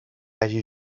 hagi